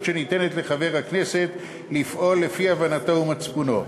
שניתנת לחבר הכנסת לפעול לפי הבנתו ומצפונו.